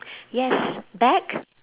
yes back